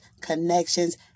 connections